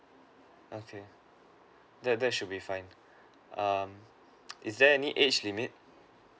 okay that that should be fine um is there any age limit